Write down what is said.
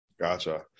Gotcha